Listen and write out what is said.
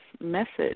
message